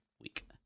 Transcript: week